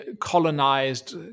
colonized